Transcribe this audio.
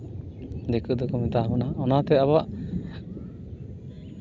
ᱫᱤᱠᱩ ᱫᱚᱠᱚ ᱢᱮᱛᱟᱣ ᱟᱵᱚᱱᱟ ᱚᱱᱟ ᱛᱮ ᱟᱵᱚᱣᱟᱜ